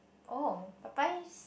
oh Popeye's